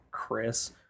Chris